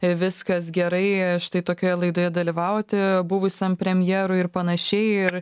viskas gerai štai tokioje laidoje dalyvauti buvusiam premjerui ir panašiai ir